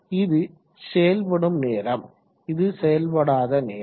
இது செயல்படும் நேரம் இது செயல்படாத நேரம்